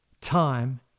time